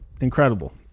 Incredible